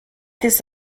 this